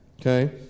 okay